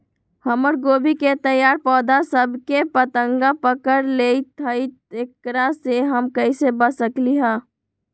हमर गोभी के तैयार पौधा सब में फतंगा पकड़ लेई थई एकरा से हम कईसे बच सकली है?